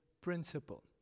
principle